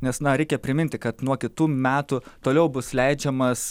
nes na reikia priminti kad nuo kitų metų toliau bus leidžiamas